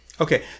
Okay